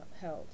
held